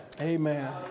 Amen